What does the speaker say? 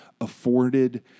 afforded